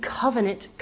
covenant